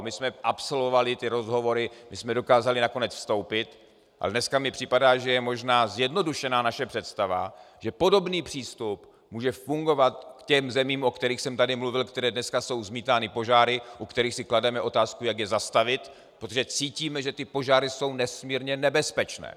My jsme absolvovali ty rozhovory, my jsme dokázali nakonec vstoupit, ale dneska mi připadá, že je možná zjednodušená naše představa, že podobný přístup může fungovat k těm zemím, o kterých jsem tady mluvil, které dneska jsou zmítány požáry, u kterých si klademe otázku, jak je zastavit, protože cítíme, že ty požáry jsou nesmírně nebezpečné.